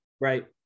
Right